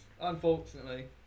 Unfortunately